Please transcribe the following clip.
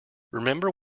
remember